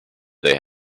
they